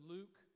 Luke